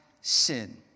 sin